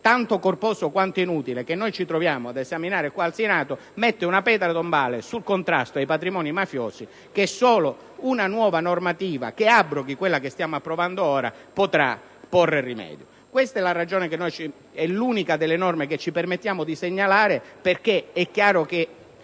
tanto corposo, quanto inutile che ci troviamo ad esaminare qua al Senato mette una pietra tombale sul contrasto ai patrimoni mafiosi a cui solo una nuova normativa, che abroghi quella che stiamo approvando ora, potrà porre rimedio. Questa è la ragione per cui quella al nostro esame è l'unica della norme che ci permettiamo di segnalare: nel contesto